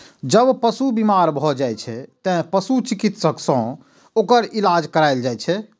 जब पशु बीमार भए जाइ छै, तें पशु चिकित्सक सं ओकर इलाज कराएल जाइ छै